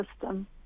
system